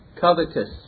covetous